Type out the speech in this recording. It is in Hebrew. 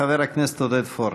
חבר הכנסת עודד פורר.